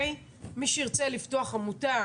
מי שירצה לפתוח עמותה,